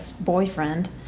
boyfriend